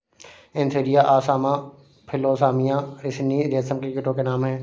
Antheraea असामा फिलोसामिया रिसिनी रेशम के कीटो के नाम हैं